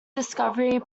discovery